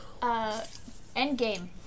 Endgame